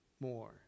More